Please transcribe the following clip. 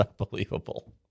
unbelievable